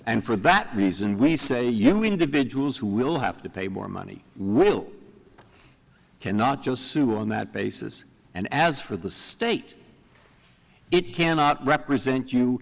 and for that reason we say you individuals who will have to pay more money will cannot josue on that basis and as for the state it cannot represent you